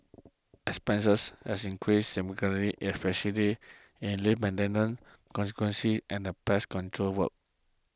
expenses have increased significantly especially in lift conservancy and pest control work